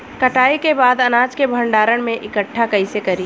कटाई के बाद अनाज के भंडारण में इकठ्ठा कइसे करी?